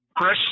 Chris